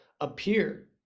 appear